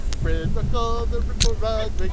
fred ruckel, the ripple rug like